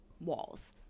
walls